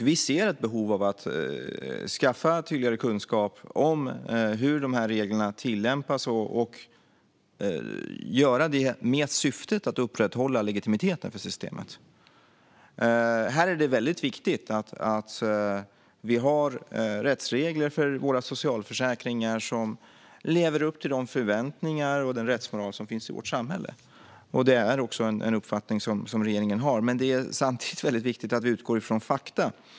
Vi ser ett behov av att skaffa tydligare kunskap om hur reglerna tillämpas och att göra detta med syftet att upprätthålla legitimiteten för systemet. Här är det viktigt att vi har rättsregler för våra socialförsäkringar som lever upp till de förväntningar och den rättsmoral som finns i vårt samhälle. Detta är den uppfattning som regeringen har. Det är samtidigt viktigt att vi utgår från fakta.